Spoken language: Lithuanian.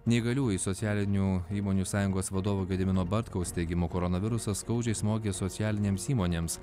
neįgaliųjų socialinių įmonių sąjungos vadovo gedimino bartkaus teigimu koronavirusas skaudžiai smogė socialinėms įmonėms